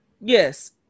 Yes